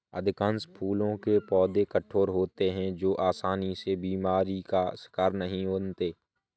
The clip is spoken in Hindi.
अधिकांश फूलों के पौधे कठोर होते हैं जो आसानी से बीमारी का शिकार नहीं बनते